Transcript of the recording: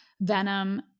Venom